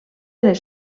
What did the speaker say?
les